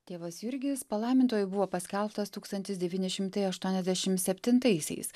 tėvas jurgis palaimintuoju buvo paskelbtas tūkstantis devyni šimtai aštuoniasdešim septintaisiais